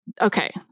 Okay